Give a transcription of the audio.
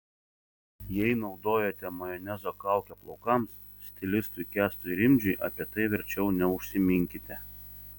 jei naudojate majonezo kaukę plaukams stilistui kęstui rimdžiui apie tai verčiau neužsiminkite